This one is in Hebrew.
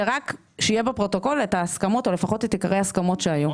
אבל שרק שיהיה בפרוטוקול את ההסכמות או לפחות את עיקרי ההסכמות שהיו.